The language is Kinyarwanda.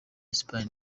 espagne